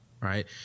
Right